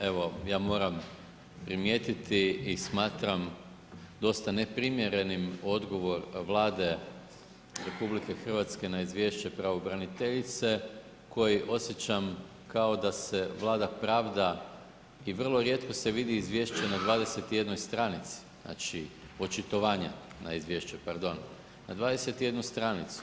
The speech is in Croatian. Evo ja moram primijetiti i smatram dosta neprimjerenim odgovor Vlade RH na izvješće pravobraniteljice, koji osjećam kao da se Vlada pravda i vrlo rijetko se vidi izvješće na 21 stranici, znači očitovanja na izvješće pardon, na 21 stranicu.